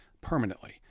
permanently